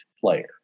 player